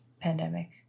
pandemic